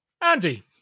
Andy